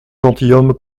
gentilhomme